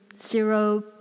zero